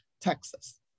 Texas